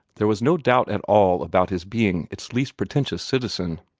there was no doubt at all about his being its least pretentious citizen.